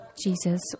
Jesus